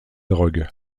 drogue